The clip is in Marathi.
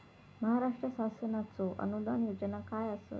महाराष्ट्र शासनाचो अनुदान योजना काय आसत?